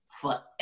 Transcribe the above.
forever